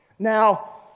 Now